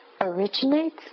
originates